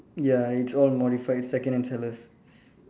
ya it's all modified secondhand sellers